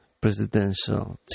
presidential